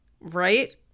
right